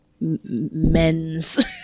men's